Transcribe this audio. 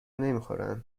نمیخورن